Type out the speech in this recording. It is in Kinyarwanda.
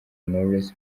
knowless